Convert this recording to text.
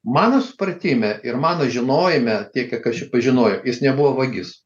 mano supratime ir mano žinojime tiek kiek aš jį pažinojau jis nebuvo vagis